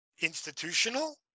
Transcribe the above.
institutional